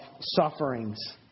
sufferings